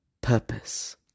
purpose